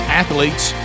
athletes